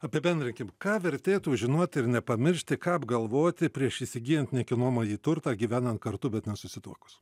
apibendrinkim ką vertėtų žinoti ir nepamiršti ką apgalvoti prieš įsigyjan nekilnojamąjį turtą gyvenan kartu bet nesusituokus